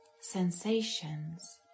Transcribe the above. sensations